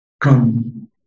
come